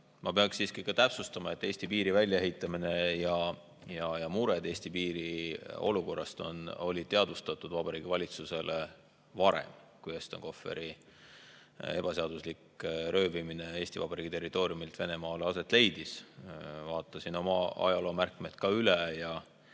Ma pean täpsustama, et Eesti piiri väljaehitamine ja mured Eesti piiri olukorra pärast olid teada Vabariigi Valitsusele varem, kui Eston Kohveri ebaseaduslik röövimine Eesti Vabariigi territooriumilt Venemaale aset leidis. Vaatasin oma ajaloomärkmed ka üle.